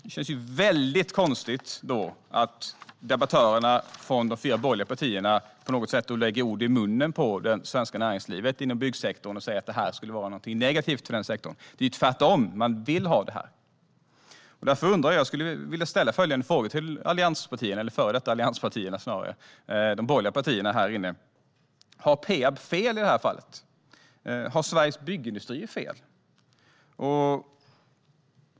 Då känns det väldigt konstigt att debattörerna från de fyra borgerliga partierna lägger ord i munnen på byggsektorn i svenskt näringsliv, att det här skulle vara negativt för den sektorn. Det är tvärtom. Man vill ha det här. Därför skulle jag vilja fråga allianspartierna, eller snarare de före detta allianspartierna, de borgerliga partierna: Har Peab fel i det här fallet? Har Sveriges Byggindustrier fel?